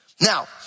Now